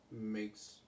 makes